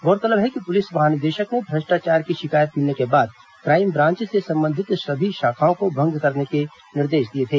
गौरतलब है कि पुलिस महानिदेशक ने भ्रष्टाचार की शिकायत मिलने के बाद क्राईम ब्रांच से संबंधित सभी शाखाओं को भंग करने के निर्देश दिए थे